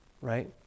right